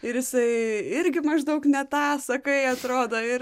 ir jisai irgi maždaug ne tą sakai atrodo ir